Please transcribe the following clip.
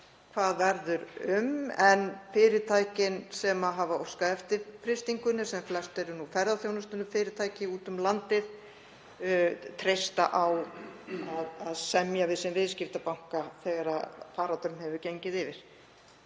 hvað verður um, en fyrirtækin sem hafa óskað eftir frystingunni, sem flest eru ferðaþjónustufyrirtæki úti um landið, treysta á að semja við sinn viðskiptabanka þegar faraldurinn hefur gengið yfir.